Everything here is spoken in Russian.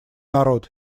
народ